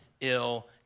ill